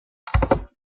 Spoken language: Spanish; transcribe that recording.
autor